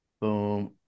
boom